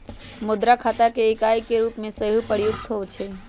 मुद्रा खता के इकाई के रूप में सेहो प्रयुक्त होइ छइ